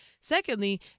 Secondly